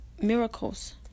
miracles